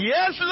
Yes